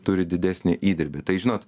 turi didesnį įdirbį tai žinot